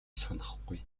санахгүй